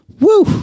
Woo